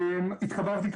התחברתי,